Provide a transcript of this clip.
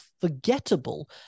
forgettable